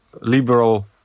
liberal